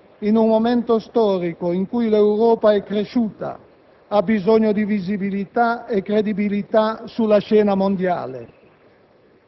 una sua implementata visione in un momento storico in cui l'Europa è cresciuta, ha bisogno di visibilità e credibilità sulla scena mondiale.